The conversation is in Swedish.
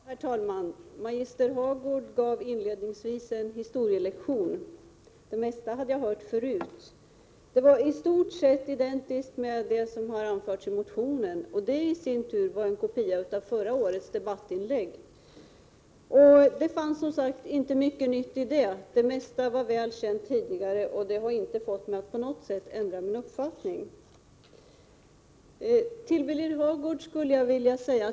Herr talman! Magister Hagård gav inledningsvis en historielektion. Det mesta hade jag hört förut. Den var i stort sett identiskt med vad som har anförts i motionen, och det i sin tur var en kopia av förra årets debattinlägg. Det fanns som sagt inte mycket nytt i det. Det mesta var väl känt tidigare, och det har inte fått mig att på något sätt ändra uppfattning.